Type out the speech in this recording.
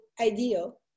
ideal